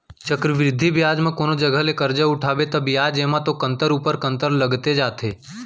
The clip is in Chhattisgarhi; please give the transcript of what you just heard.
चक्रबृद्धि बियाज म कोनो जघा ले करजा उठाबे ता बियाज एमा तो कंतर ऊपर कंतर लगत जाथे